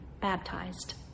baptized